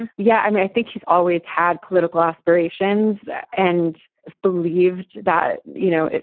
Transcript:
yeah, i mean, i think he's always had political aspirations and believed that, you know,